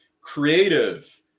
creative